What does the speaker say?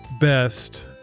best